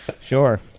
Sure